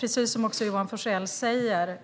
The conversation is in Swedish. Precis som Johan Forssell säger